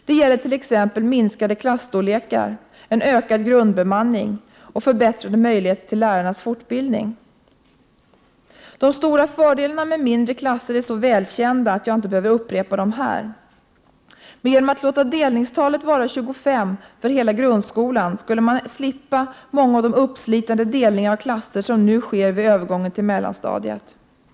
Det gäller t.ex. minskade klasstorlekar, en ökad grundbemanning och förbättrade möjligheter till lärarnas fortbildning. De stora fördelarna med mindre klasser är så välkända att jag inte behöver upprepa dem här. Genom att låta delningstalet vara 25 för hela grundskolan skulle man även slippa många av de uppslitande delningar av klasser som nu = Prot. 1988/89:120 sker vid övergången till mellanstadiet.